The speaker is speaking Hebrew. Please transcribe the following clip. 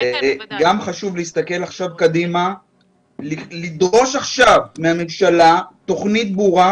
חשוב גם להסתכל עכשיו קדימה ולדרוש עכשיו מהממשלה תוכנית ברורה